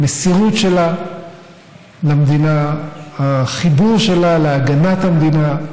המסירות שלה למדינה, החיבור שלה להגנת המדינה,